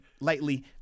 Lightly